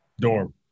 Dorm